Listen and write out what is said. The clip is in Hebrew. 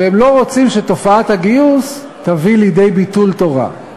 והם לא רוצים שתופעת הגיוס תביא לידי ביטול תורה.